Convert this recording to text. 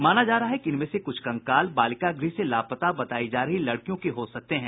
माना जा रहा है कि इनमें से कुछ कंकाल बालिका गृह से लापता बतायी जा रही लड़कियों के हो सकते हैं